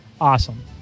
Awesome